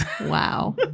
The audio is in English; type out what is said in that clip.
wow